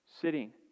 Sitting